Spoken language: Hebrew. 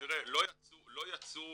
לא יצאו